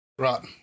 Right